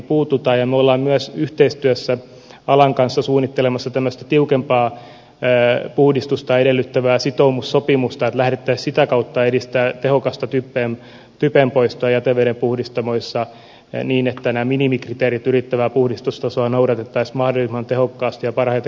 me olemme myös yhteistyössä alan kanssa suunnittelemassa tämmöistä tiukempaa puhdistusta edellyttävää sitoumussopimusta että lähdettäisiin sitä kautta edistämään tehokasta typen poistoa jätevedenpuhdistamoissa niin että nämä minimikriteerit ylittävää puhdistustasoa noudatettaisiin mahdollisim man tehokkaasti ja parhaita käytäntöjä edellyttäen